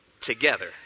together